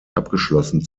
abgeschlossen